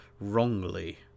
wrongly